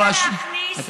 סרבן זה סוג של אלימות.